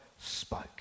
spoke